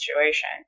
situation